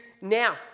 now